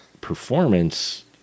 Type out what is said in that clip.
performance